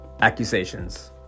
accusations